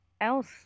else